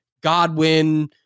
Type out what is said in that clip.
Godwin